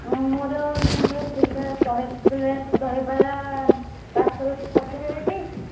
ଅଁ ମୋର ମୋର ଥିଲା ଶହେ ପ୍ଲେଟ୍ ଦହିବରା ପାର୍ସଲ୍ ପଠାଇବେ ଏଇଠି